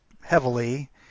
heavily